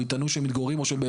ויטענו שהם מתגוררים,